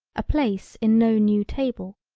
a place in no new table.